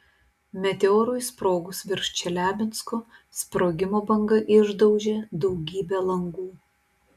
meteorui sprogus virš čeliabinsko sprogimo banga išdaužė daugybę langų